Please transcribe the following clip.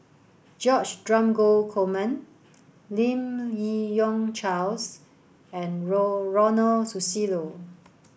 George Dromgold Coleman Lim Yi Yong Charles and Ronald Susilo